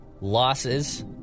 losses